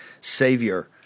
savior